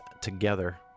together